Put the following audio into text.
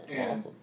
Awesome